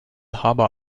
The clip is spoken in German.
harbour